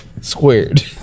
squared